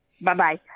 Bye-bye